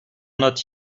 not